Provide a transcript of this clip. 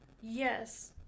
yes